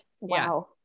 Wow